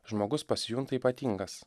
žmogus pasijunta ypatingas